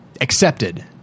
accepted